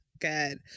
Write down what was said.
Good